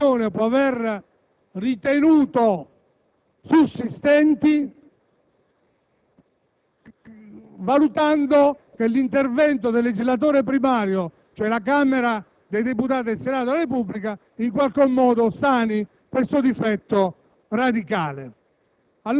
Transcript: che la legge di conversione può aver ritenuto sussistenti, stimando che l'intervento del legislatore primario (cioè la Camera dei deputati e il Senato della Repubblica), in qualche modo, sani questo difetto